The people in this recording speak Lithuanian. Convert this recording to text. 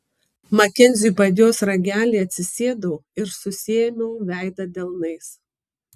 makenziui padėjus ragelį atsisėdau ir susiėmiau veidą delnais